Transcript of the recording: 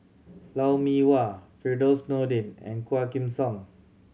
Lou Mee Wah Firdaus Nordin and Quah Kim Song